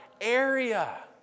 area